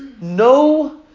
no